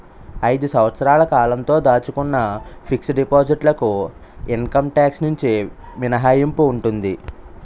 ఐదు సంవత్సరాల కాలంతో దాచుకున్న ఫిక్స్ డిపాజిట్ లకు ఇన్కమ్ టాక్స్ నుంచి మినహాయింపు ఉంటుంది